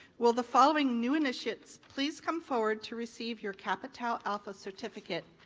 will the following new initiates please come forward to receive your kappa tau alpha certificate?